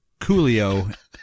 Coolio